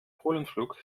pollenflug